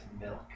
milk